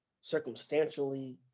circumstantially